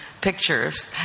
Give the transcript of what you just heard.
pictures